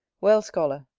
well, scholar,